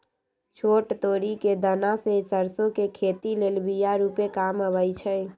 छोट तोरि कें दना से सरसो के खेती लेल बिया रूपे काम अबइ छै